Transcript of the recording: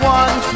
one